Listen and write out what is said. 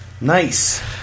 Nice